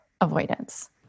avoidance